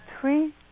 three